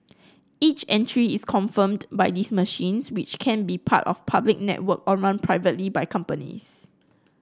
each entry is confirmed by these machines which can be part of public network or run privately by companies